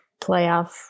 playoff